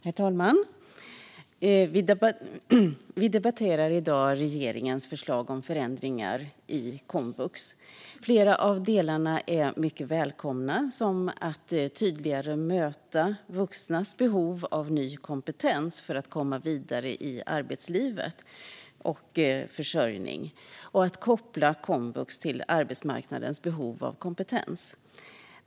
Herr talman! Vi debatterar i dag regeringens förslag om förändringar i komvux. Flera av delarna är mycket välkomna, som att tydligare möta vuxnas behov av ny kompetens för att komma vidare i arbetsliv och försörjning och att koppla komvux till arbetsmarknadens behov av kompetens.